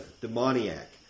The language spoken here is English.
demoniac